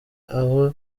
aho